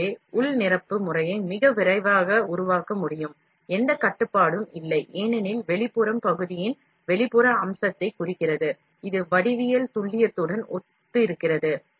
எனவே உள் நிரப்பு முறையை மிக விரைவாக உருவாக்க முடியும் எந்த கட்டுப்பாடும் இல்லை ஏனெனில் வெளிப்புறம் பகுதியின் வெளிப்புற அம்சத்தை குறிக்கிறது இது வடிவியல் துல்லியத்துடன் ஒத்திருக்கிறது